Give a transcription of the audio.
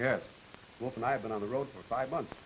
and i've been on the road for five months